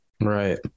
Right